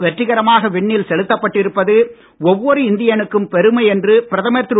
வெற்றிகரமாக விண்ணில் செலுத்தப் பட்டிருப்பது ஒவ்வொரு இந்தியனுக்கும் பெருமை என்று பிரதமர் திரு